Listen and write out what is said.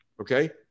Okay